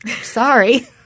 Sorry